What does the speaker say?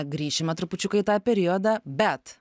grįšime trupučiuką į tą periodą bet